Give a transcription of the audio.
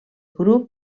grup